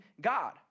God